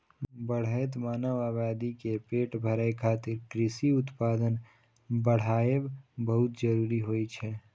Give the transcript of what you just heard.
बढ़ैत मानव आबादी के पेट भरै खातिर कृषि उत्पादन बढ़ाएब बहुत जरूरी होइ छै